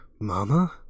Mama